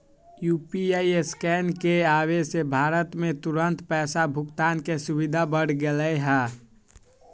UPI scan के आवे से भारत में तुरंत पैसा भुगतान के सुविधा बढ़ गैले है